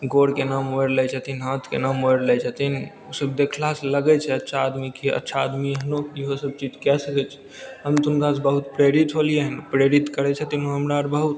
गोड़के एना मोड़ि लै छथिन हाथके एना मोड़ि लै छथिन ओसब देखलासे लागै छै अच्छा आदमी कि अच्छा आदमी एहनो इहो सब चीज कै सकै छथिन हम तऽ हुनकासे बहुत प्रेरित होलिए हँ प्रेरित करै छथिन ओ हमरा आर बहुत